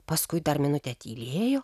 paskui dar minutę tylėjo